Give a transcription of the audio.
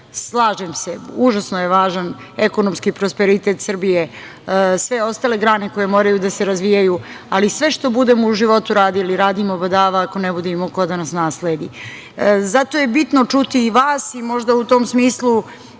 više. Slažem se, užasno je važan ekonomski prosperitet Srbije, sve ostale grane koje moraju da se razvijaju, ali sve što budemo u životu radili radimo badava ako ne bude imao ko da nas nasledi. Zato je bitno čuti i vas i možda u tom smislu